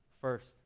first